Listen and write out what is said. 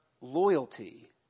loyalty